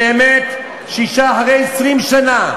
באמת, שאישה אחרי 20 שנה,